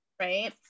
right